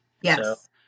yes